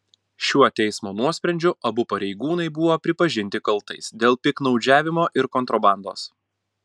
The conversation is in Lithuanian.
šiuo teismo nuosprendžiu abu pareigūnai buvo pripažinti kaltais dėl piktnaudžiavimo ir kontrabandos